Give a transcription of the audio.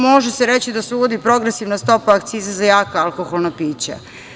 Može se reći da se u vodi progresivna stopa akcize za jaka alkoholna pića.